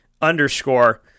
underscore